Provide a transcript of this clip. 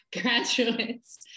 graduates